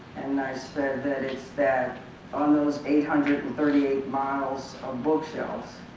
and i said that it's that on those eight hundred and thirty eight miles of bookshelves